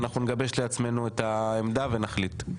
אנחנו נגבש לעצמנו את העמדה ונחליט.